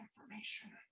information